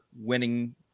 winning